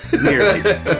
nearly